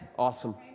Awesome